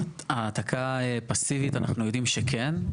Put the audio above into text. העתקה פסיבית אנחנו יודעים שכן.